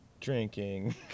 Drinking